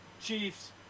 Chiefs